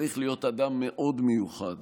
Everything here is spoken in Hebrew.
צריך להיות אדם מאוד מיוחד